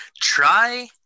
Try